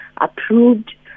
approved